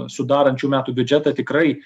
sudarančių metų biudžetą tikrai